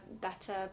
better